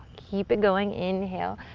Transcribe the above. keep it going. inhale,